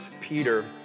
Peter